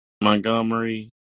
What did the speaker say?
Montgomery